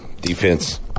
defense